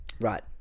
Right